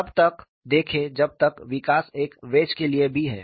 तब तक देखें जब तक विकास एक वेज के लिए भी है